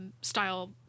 style